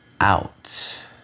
out